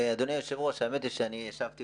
אדוני היושב-ראש, האמת היא שאני ישבתי